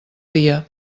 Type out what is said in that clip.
dia